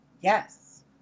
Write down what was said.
Yes